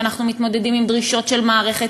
ואנחנו מתמודדים עם דרישות של מערכת,